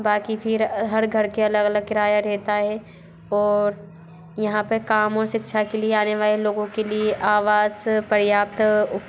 बाकी फिर हर घर के अलग अलग किराया रहता है और यहाँ पर काम और शिक्षा के लिए आने वाले लोगों के लिए आवास पर्याप्त